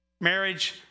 Marriage